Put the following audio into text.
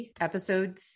episode